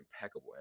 impeccable